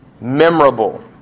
memorable